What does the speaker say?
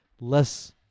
less